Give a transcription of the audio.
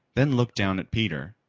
then looked down at peter,